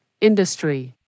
Industry